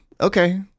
Okay